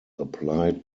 applied